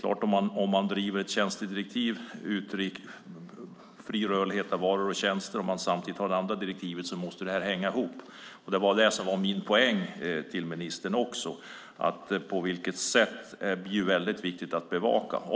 Har man ett tjänstedirektiv med fri rörlighet för varor och tjänster och samtidigt det här andra i direktivet måste det hänga ihop. Min poäng till ministern var att det är viktigt att bevaka detta.